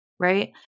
Right